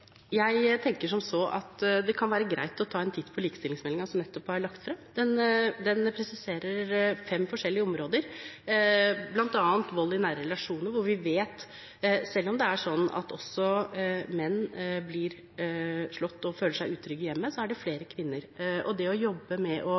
Jeg tenker som så at det kan være greit å ta en titt på likestillingsmeldingen, som nettopp er lagt fram. Den presiserer fem forskjellige områder, bl.a. vold i nære relasjoner, hvor vi vet at selv om det er slik at også menn blir slått og føler seg utrygge i hjemmet, gjelder det flere kvinner. Det å jobbe med